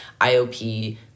IOP